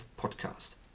podcast